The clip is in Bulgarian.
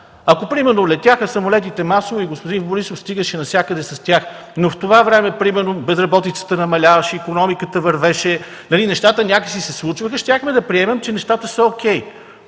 Ако самолетите летяха масово и господин Борисов стигаше навсякъде с тях, но ако в това време примерно безработицата намаляваше, икономиката вървеше и нещата някак си се случваха, щяхме да приемем, че нещата са о кей.